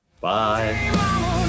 Bye